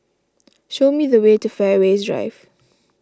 show me the way to Fairways Drive